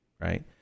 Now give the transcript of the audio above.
right